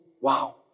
wow